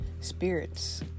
spirits